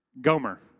Gomer